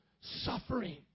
suffering